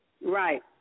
Right